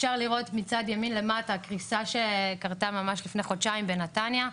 אפשר לראות מצד ימין למטה קריסה שקרתה ממש לפני חודשיים בנתניה,